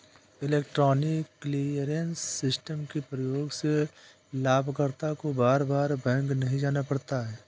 electronic clearance system के प्रयोग से लाभकर्ता को बार बार बैंक नहीं जाना पड़ता है